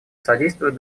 содействуют